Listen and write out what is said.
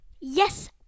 Yes